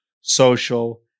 social